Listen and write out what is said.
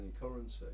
currency